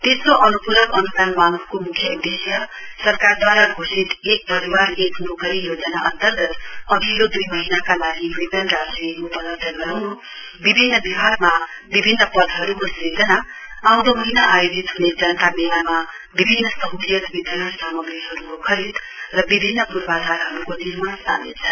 तेस्रो अनुपूरक अनुदान मांगको मुख्य उदेश्य राज्य सरकारदूवारा घोषित परिवार एक नोकरी योजना अन्तर्गत अघिल्लो द्ई महीनाका लागि वेतन राशि उपलब्घ गराउन् विभिन्न विभागमा विभिन्न पदहरुको सृजना आउँदो महीना आयोजित हुने जनता मेलामा विभिन्न सहलियत वितरण सामग्रहीहरुको खरीद र विभिन्न पूर्वाधारहरुको निमार्ण सामेल छन्